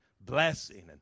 blessing